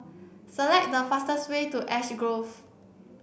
select the fastest way to Ash Grove